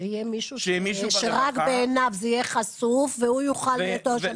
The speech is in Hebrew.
שיהיה שם מישהו שזה יהיה חשוף רק לעיניו.